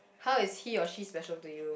how is he or she special to you